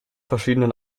verschiedenen